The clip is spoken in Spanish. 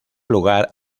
lugar